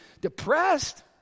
depressed